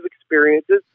experiences